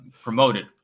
promoted